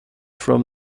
from